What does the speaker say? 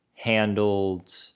handled